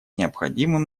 необходимым